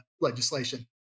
legislation